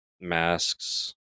masks